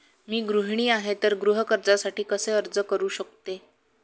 मी गृहिणी आहे तर गृह कर्जासाठी कसे अर्ज करू शकते?